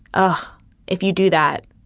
ah if you do that,